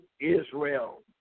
Israel